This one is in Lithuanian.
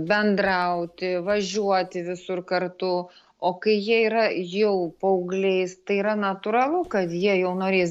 bendrauti važiuoti visur kartu o kai jie yra jau paaugliais tai yra natūralu kad jie jau norės